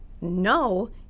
no